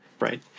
right